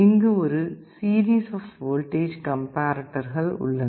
இங்கு ஒரு series of voltage கம்ப்பேரேட்டர்கள் உள்ளன